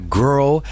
girl